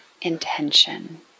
intention